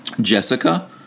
Jessica